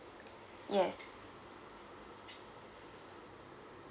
yes